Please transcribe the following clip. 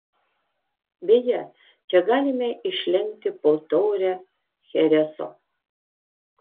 beje čia galime išlenkti po taurę chereso